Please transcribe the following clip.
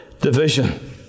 division